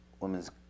women's